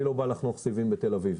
אני לא בא לחנוך סיבים בתל אביב,